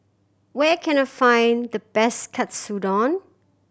where can I find the best Katsudon